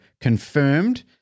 confirmed